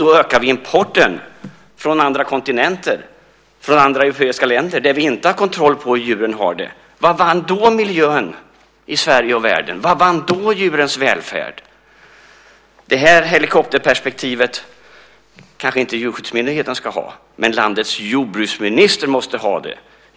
Då ökar vi importen från andra kontinenter och från andra europeiska länder där vi inte har kontroll på hur djuren har det. Vad vann då miljön i Sverige och världen? Vad vann då djurens välfärd? Det här helikopterperspektivet kanske inte Djurskyddsmyndigheten ska ha, men landets jordbruksminister måste ha det.